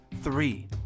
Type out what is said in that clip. three